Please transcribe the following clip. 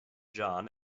john